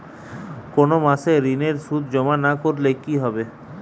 কোনো মাসে ঋণের সুদ জমা না করলে কি হবে?